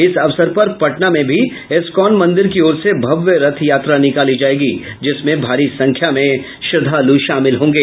इस अवसर पर पटना में भी इस्कॉन मंदिर की ओर से भव्य रथ यात्रा निकाली जायेगी जिसमें भारी संख्या में श्रद्धालु शामिल होंगे